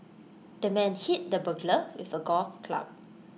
the man hit the burglar with A golf club